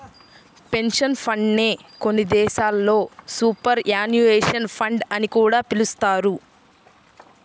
pension fund నే కొన్ని దేశాల్లో సూపర్ యాన్యుయేషన్ ఫండ్ అని కూడా పిలుస్తారు